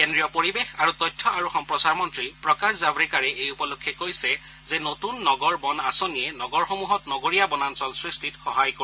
কেন্দ্ৰীয় পৰিৱেশ আৰু তথ্য আৰু সম্প্ৰচাৰ মন্ত্ৰী প্ৰকাশ জাভডেকাৰে এই উপলক্ষে কৈছে যে নতুন নগৰ বন আঁচনিয়ে নগৰসমূহত নগৰীয়া বনাঞ্চল সৃষ্টিত সহায় কৰিব